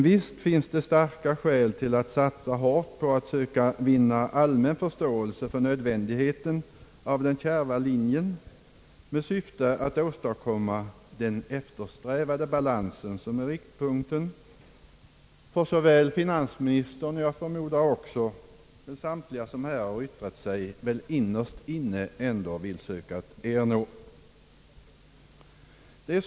Visst finns starka skäl till att satsa hårt på at söka vinna allmän förståelse för nödvändigheten av den kärva linjen med syfte att åstadkomma den eftersträvade balansen, vilken är riktpunkten för såväl finansministern som för samtliga som här har yttrat sig och som väl ändå innerst inne alla vill söka nå enighet.